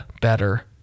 better